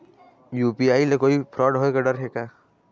UPI ले कोई fraud होए के डर हे का?